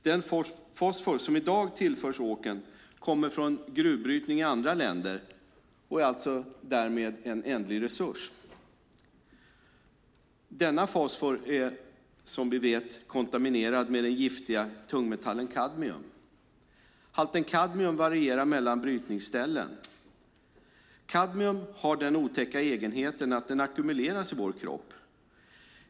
Den fosfor som i dag tillförs åkern kommer från gruvbrytning i andra länder och är därmed en ändlig resurs. Denna fosfor är, som vi vet, kontaminerad med den giftiga tungmetallen kadmium. Halten kadmium varierar mellan brytningsställen. Kadmium har den otäcka egenheten att den ackumuleras i vår kropp.